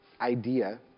idea